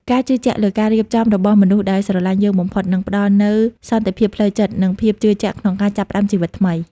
ការជឿជាក់លើការរៀបចំរបស់មនុស្សដែលស្រឡាញ់យើងបំផុត នឹងផ្ដល់នូវសន្តិភាពផ្លូវចិត្ត និងភាពជឿជាក់ក្នុងការចាប់ផ្តើមជីវិតថ្មី។